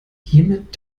hiermit